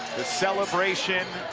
the celebration,